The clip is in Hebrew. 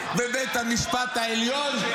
ובית המשפט העליון,